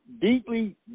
deeply